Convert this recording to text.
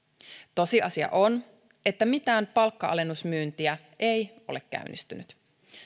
tosiasia on että mitään palkka alennusmyyntiä ei ole käynnistynyt